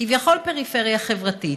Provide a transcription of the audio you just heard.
כביכול פריפריה חברתית.